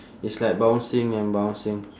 it's like bouncing and bouncing